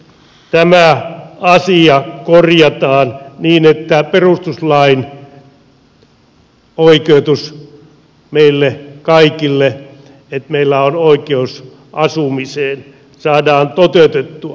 miten tämä asia korjataan niin että perustuslain oikeutus meille kaikille että meillä on oikeus asumiseen saadaan toteutettua